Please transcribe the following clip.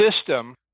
system